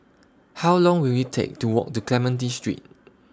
How Long Will IT Take to Walk to Clementi Street